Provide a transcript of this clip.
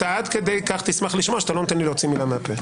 אתה עד כדי כך תשמח לשמוע שאתה לא נותן לי להוציא מילה מהפה.